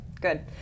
good